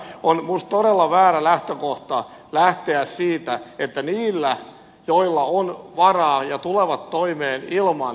on minusta todella väärä lähtökohta lähteä siitä että niillä joilla on varaa ja jotka tulevat toimeen ilman työmarkkinatuen tarveharkintaa